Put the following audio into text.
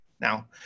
Now